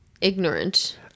ignorant